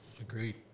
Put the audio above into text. agreed